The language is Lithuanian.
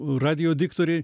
radijo diktoriai